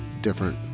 different